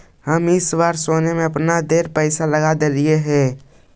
हम ई साल सोने में अपन ढेर पईसा लगा देलिअई हे